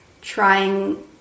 trying